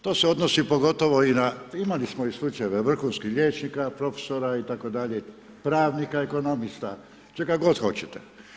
To se odnosi pogotovo i na, imali smo slučajeve vrhunskih liječnika, profesora itd., pravnika, ekonomista, čega god hoćete.